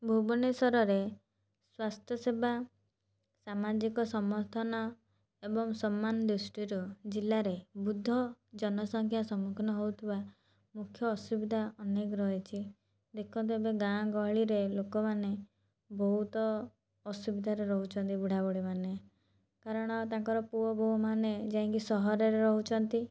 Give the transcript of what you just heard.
ଭୁବନେଶ୍ୱରରେ ସ୍ଵାସ୍ଥ୍ୟ ସେବା ସାମାଜିକ ସମର୍ଥନା ଏବଂ ସମାନ ଦୃଷ୍ଟିରୁ ଜିଲାରେ ବୃଦ୍ଧ ଜନସଂଖ୍ୟା ସମ୍ମୁଖୀନ ହେଉଥିବା ମୁଖ୍ୟ ଅସୁବିଧା ଅନେକ ରହିଛି ଦେଖନ୍ତୁ ଏବେ ଗାଁ ଗହଳିରେ ଲୋକମାନେ ବହୁତ ଅସୁବିଧାରେ ରହୁଛନ୍ତି ବୁଢ଼ା ବୁଢ଼ୀ ମାନେ କାରଣ ତାଙ୍କର ପୁଅ ବୋହୂ ମାନେ ଯାଇଁକି ସହରରେ ରହୁଛନ୍ତି